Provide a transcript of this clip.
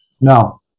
no